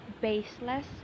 baseless